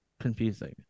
confusing